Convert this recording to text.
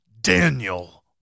Daniel